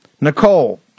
Nicole